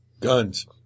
Guns